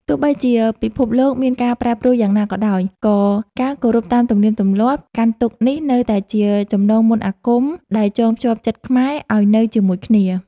ទោះបីជាពិភពលោកមានការប្រែប្រួលយ៉ាងណាក៏ដោយ ក៏ការគោរពតាមទំនៀមទម្លាប់កាន់ទុក្ខនេះនៅតែជាចំណងមន្តអាគមដែលចងភ្ជាប់ចិត្តខ្មែរឱ្យនៅជាមួយគ្នា។